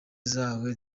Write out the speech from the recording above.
zahawe